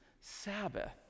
Sabbath